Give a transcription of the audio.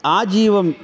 आजीवं